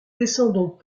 descendons